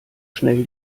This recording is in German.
schnell